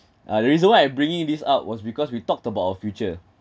uh the reason why I bringing this up was because we talked about our future